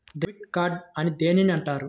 Debit card అని దేనిని అంటారు?